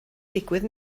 digwydd